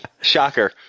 shocker